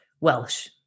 Welsh